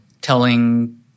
telling